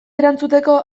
erantzuteko